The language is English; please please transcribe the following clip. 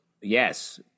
Yes